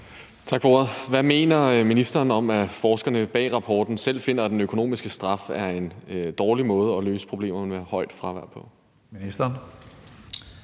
Hvad mener ministeren om, at forskerne bag rapporten selv finder, at den økonomiske straf er en dårlig måde at løse problemerne med højt fravær på?